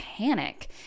panic